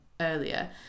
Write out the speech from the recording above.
earlier